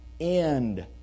end